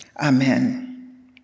Amen